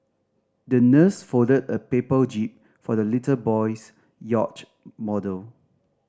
the nurse folded a paper jib for the little boy's yacht model